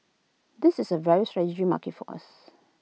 this is A very strategic market for us